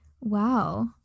wow